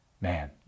Man